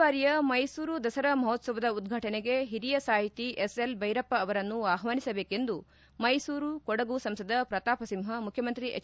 ಬಾರಿಯ ಮೈಸೂರು ದಸರಾ ಮಹೋತ್ಸವದ ಉದ್ವಾಟನೆಗೆ ಹಿರಿಯ ಸಾಹಿತಿ ಎಸ್ ಎಲ್ ಭೈರಪ್ಪ ಅವರನ್ನು ಆಹ್ವಾನಿಸಬೇಕೆಂದು ಮೈಸೂರು ಕೊಡಗು ಸಂಸದ ಪ್ರತಾಪ್ ಸಿಂಹ ಮುಖ್ಯಮಂತ್ರಿ ಹೆಚ್